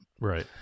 right